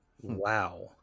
Wow